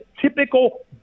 typical